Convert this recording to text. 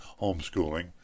homeschooling